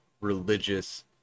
religious